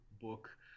book